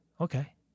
Okay